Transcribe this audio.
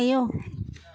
आयौ